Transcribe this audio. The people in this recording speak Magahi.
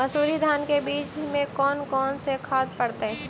मंसूरी धान के बीज में कौन कौन से खाद पड़तै?